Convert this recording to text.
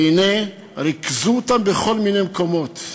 והנה, ריכזו אותם בכל מיני מקומות,